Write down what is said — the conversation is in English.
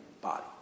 body